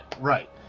Right